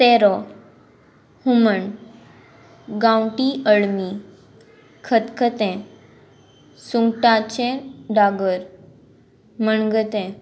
तेरो हुमण गांवठी अळमी खतखतें सुंगटाचें डागर मणगतें